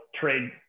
trade